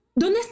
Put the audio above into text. ¿dónde